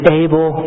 able